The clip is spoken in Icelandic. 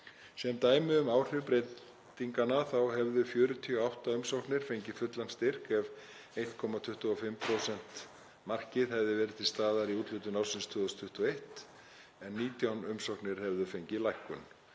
Sem dæmi um áhrif breytinganna þá hefðu 48 umsóknir fengið fullan styrk ef 1,25% markið hefði verið til staðar í úthlutun ársins 2021 en 19 umsóknir hefðu fengið lækkun.